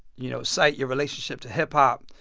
you know, cite your relationship to hip-hop,